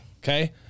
okay